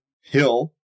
hill